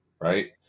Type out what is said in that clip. Right